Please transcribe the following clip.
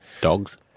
Dogs